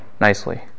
nicely